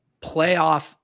playoff